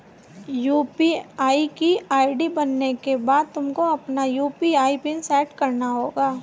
UPI की ID बनाने के बाद तुमको अपना यू.पी.आई पिन सैट करना होगा